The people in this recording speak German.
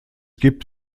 gibt